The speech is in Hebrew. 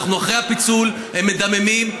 אחרי הפיצול אנחנו מדממים,